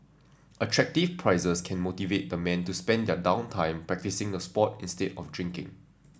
attractive prizes can motivate the man to spend their down time practising the sport instead of drinking